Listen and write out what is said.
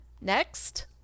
next